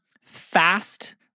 fast